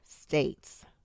states